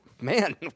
Man